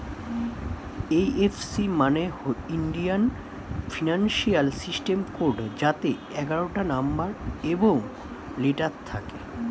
এই F C মানে Indian financial system code যাতে এগারোটা নম্বর এবং লেটার থাকে